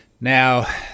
Now